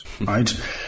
right